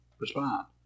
respond